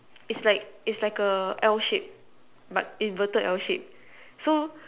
it's like it's like a L shape but inverted L shape so